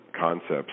concepts